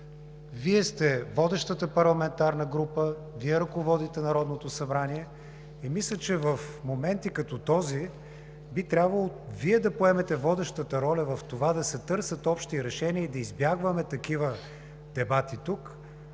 Вие сте водещата парламентарна група, ръководите Народното събрание и мисля, че в моменти като този би трябвало Вие да поемете водещата роля в това да се търсят общи решения и да избягваме такива дебати тук,